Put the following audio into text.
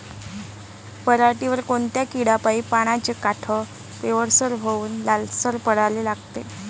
पऱ्हाटीवर कोनत्या किड्यापाई पानाचे काठं पिवळसर होऊन ते लालसर पडाले लागते?